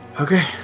Okay